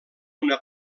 una